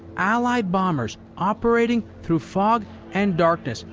allied bombers operating through fog and darkness,